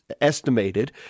estimated